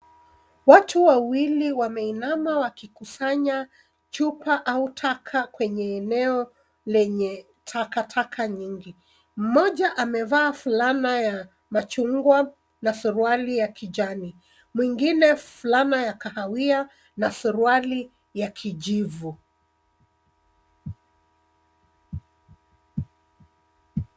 Watu wawili wameinama wakikusanya chupa au taka kwenye eneo lenye takataka nyingi. Mmoja amevaa fulana ya machungwa na suruali ya kijani, mwingine fulana ya kahawia na suruali ya kijivu.